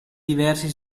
diversi